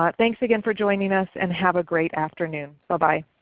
but thanks again for joining us and have a great afternoon. so bye-bye.